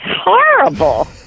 horrible